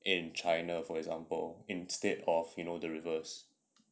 in china for example instead of you know the reverse